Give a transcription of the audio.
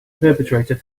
perpetrator